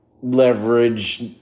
leverage